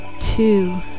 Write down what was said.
Two